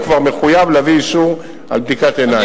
הוא כבר מחויב להביא אישור על בדיקת עיניים.